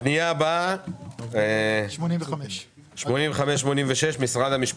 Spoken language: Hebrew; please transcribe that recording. השינויים הפנימיים בסעיף נועדו לצורך התאמת התקציב לקצב הביצוע